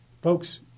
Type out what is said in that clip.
Folks